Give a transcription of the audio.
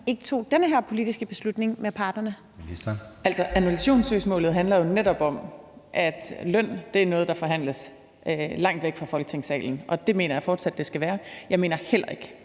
Beskæftigelsesministeren (Ane Halsboe-Jørgensen): Altså, annullationssøgsmålet handler jo netop om, at løn er noget, der forhandles langt væk fra Folketingssalen, og det mener jeg fortsat det skal være. Jeg mener heller ikke,